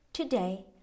Today